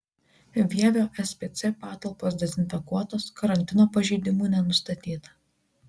vievio spc patalpos dezinfekuotos karantino pažeidimų nenustatyta